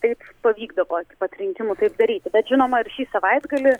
taip pavykdavo iki pat rinkimų taip daryti bet žinoma ir šį savaitgalį